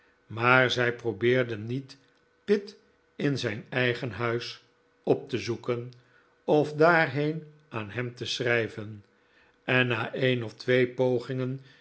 maar zij probeerde niet pitt in zijn eigen huis op te zoeken of daarheen aan hem te schrijven en na een of twee pogingen